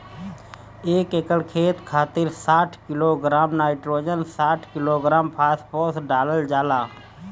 एक एकड़ खेत खातिर साठ किलोग्राम नाइट्रोजन साठ किलोग्राम फास्फोरस डालल जाला?